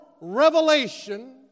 revelation